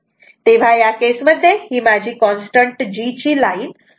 तेव्हा या केसमध्ये ही माझी कॉन्स्टंट G ची लाईन आहे